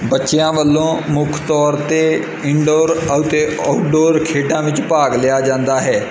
ਬੱਚਿਆਂ ਵੱਲੋਂ ਮੁੱਖ ਤੌਰ 'ਤੇ ਇਨਡੋਰ ਅਤੇ ਆਊਟਡੋਰ ਖੇਡਾਂ ਵਿੱਚ ਭਾਗ ਲਿਆ ਜਾਂਦਾ ਹੈ